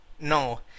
No